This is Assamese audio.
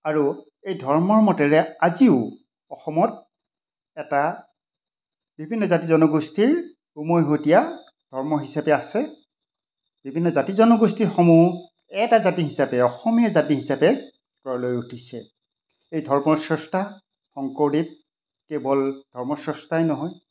আৰু এই ধৰ্মৰ মতেৰে আজিও অসমত এটা বিভিন্ন জাতি জনগোষ্ঠীৰ উমৈহতীয়া ধৰ্ম হিচাপে আছে বিভিন্ন জাতি জনগোষ্ঠীসমূহ এটা জাতি হিচাপে অসমীয়া জাতি হিচাপে গঢ়লৈ উঠিছে এই ধৰ্মৰ স্ৰষ্টা শংকৰদেৱ কেৱল ধৰ্ম স্ৰষ্টাই নহয়